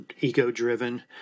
ego-driven